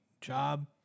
job